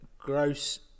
gross